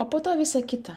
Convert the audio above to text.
o po to visa kita